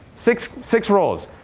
six six roles.